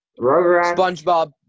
SpongeBob